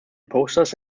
posters